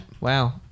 Wow